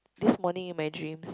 this morning in my dreams